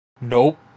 nope